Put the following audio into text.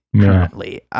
currently